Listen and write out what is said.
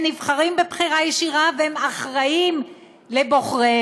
הם נבחרים בבחירה ישירה והם אחראים לבוחריהם,